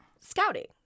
Scouting